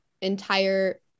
entire